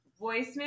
voicemail